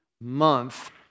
month